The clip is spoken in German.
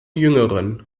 jüngeren